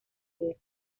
guerra